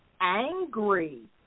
angry